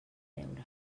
beure